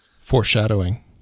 foreshadowing